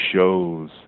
shows